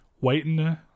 waiting